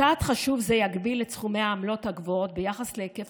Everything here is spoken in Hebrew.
צעד חשוב זה יגביל את סכומי העמלות הגבוהות ביחס להיקף